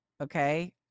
okay